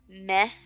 meh